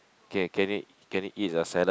K can eat can eat the salad